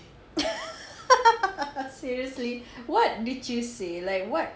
seriously what did you say like what